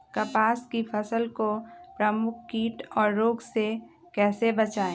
कपास की फसल को प्रमुख कीट और रोग से कैसे बचाएं?